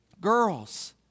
Girls